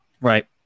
right